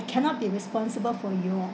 cannot be responsible for you all